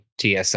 TSI